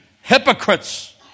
hypocrites